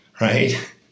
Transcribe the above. right